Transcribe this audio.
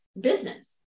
business